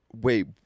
Wait